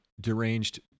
deranged